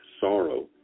sorrow